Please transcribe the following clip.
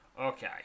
Okay